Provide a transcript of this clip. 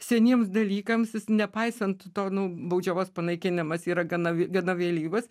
seniems dalykams jis nepaisant to nu baudžiavos panaikinimas yra gana gana vėlyvas